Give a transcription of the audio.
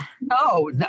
No